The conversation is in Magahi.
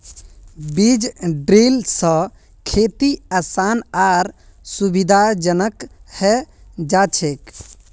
बीज ड्रिल स खेती आसान आर सुविधाजनक हैं जाछेक